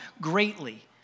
greatly